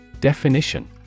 Definition